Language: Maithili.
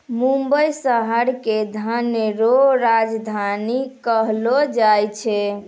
मुंबई शहर के धन रो राजधानी कहलो जाय छै